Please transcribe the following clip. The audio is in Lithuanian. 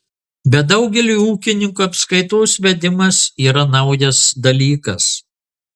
bet daugeliui ūkininkų apskaitos vedimas yra naujas dalykas